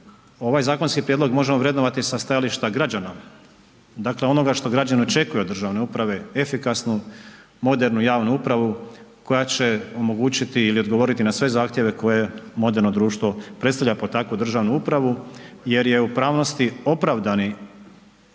ovaj zakonski prijedlog možemo vrednovati sa stajališta građana. Dakle, onoga što građani očekuju od državne uprave, efikasnu, modernu javnu upravu koja će omogućiti ili odgovoriti na sve zahtjeve koje moderno društvo predstavlja pod takvu državnu upravu jer je u pravnosti opravdani,